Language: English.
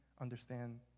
understand